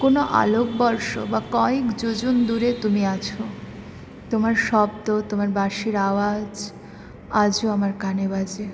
কোনো আলোকবর্ষ বা কয়েক যোজন দূরে তুমি আছো তোমার শব্দ তোমার বাঁশির আওয়াজ আজও আমার কানে বাজে